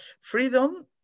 Freedom